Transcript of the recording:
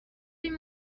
این